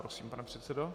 Prosím, pane předsedo.